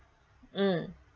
mm